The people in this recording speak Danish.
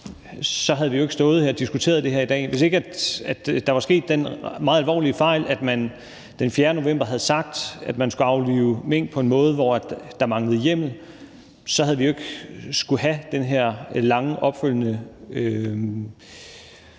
havde vi jo ikke stået her og diskuteret det i dag. Hvis ikke der var sket den meget alvorlige fejl, at man den 4. november havde sagt, at man skulle aflive mink på en måde, hvor der manglede hjemmel, havde vi jo ikke skullet have den her lange opfølgende